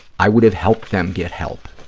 i would have helped them get help.